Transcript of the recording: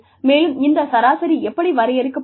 மேலும் இந்த சராசரி எப்படி வரையறுக்கப்படுகிறது